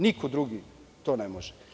Niko drugi to ne može.